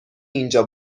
اینجا